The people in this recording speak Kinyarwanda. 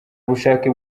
bushake